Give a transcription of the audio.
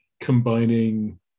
combining